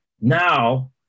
now